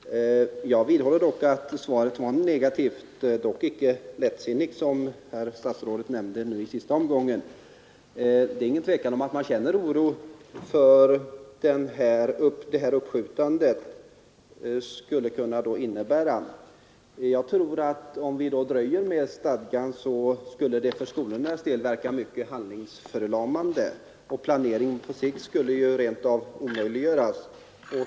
Herr talman! Jag vidhåller att svaret var negativ', dock icke lättsinnigt, som statsrådet nämnde nu i senaste omgången. Det är ingen tvekan om att man känner oro för vad detta uppskjutande skulle kunna innebära. Om vi dröjer med genomförandet av stadgan, tror jag att detta skulle kunna verka i hög grad handlingsförlamande, och planeringen på lång sikt skulle rent av omöjliggöras.